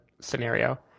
scenario